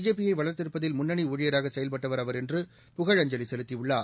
ஜேபியை வளா்த்தெடுப்பதில் முன்னணி ஊழியராக செயல்பட்டவர் அவர் என்று புகழஞ்சலி செலுத்தியுள்ளார்